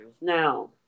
Now